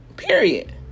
Period